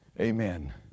Amen